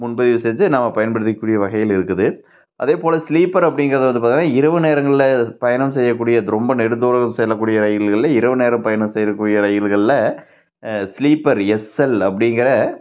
முன்பதிவு செஞ்சு நம்ம பயன்படுத்திக்கக்கூடிய வகையில் இருக்குது அதேபோல் ஸ்லீப்பர் அப்படிங்கிறது வந்து பார்த்திங்கன்னா இரவு நேரங்களில் பயணம் செய்யக்கூடியது ரொம்ப நெடுத்தூரம் செல்லக்கூடிய ரயில்களில் இரவு நேரம் பயணம் செய்கிறக்கூடிய ரயில்களில் ஸ்லீப்பர் எஸ்எல் அப்படிங்கிற